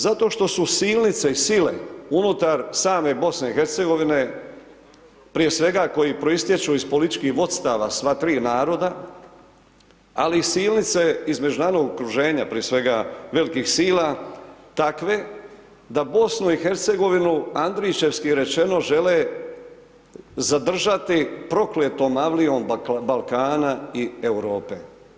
Zato što su silnice i sile unutar same BiH-a prije svega koji proistječu iz političkih vodstava sva tri naroda ali i silnice između narodnog okruženja prije svega velikih sila takve da BiH andrićevski rečeno žele zadržati prokletom avlijom Balkana i Europe.